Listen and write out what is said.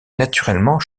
naturellement